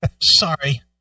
Sorry